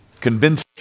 convince